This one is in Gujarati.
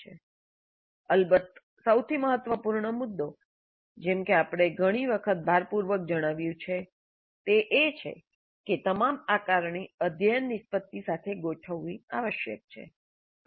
અલબત્ત સૌથી મહત્વપૂર્ણ મુદ્દો જેમ કે આપણે ઘણી વખત ભારપૂર્વક જણાવ્યું છે તે છે કે તમામ આકારણી અધ્યયન નિષ્પતી સાથે ગોઠવવી આવશ્યક છે